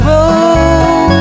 Road